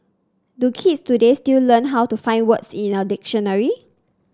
do kids today still learn how to find words in a dictionary